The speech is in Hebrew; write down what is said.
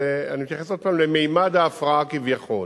אני מתייחס עוד פעם לממד ההפרעה כביכול.